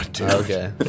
Okay